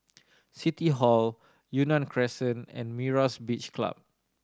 City Hall Yunnan Crescent and Myra's Beach Club